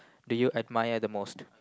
do you admire the most